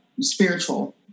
spiritual